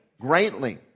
greatly